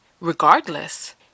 regardless